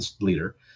leader